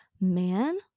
man